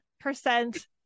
percent